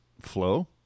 flow